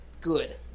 good